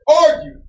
argue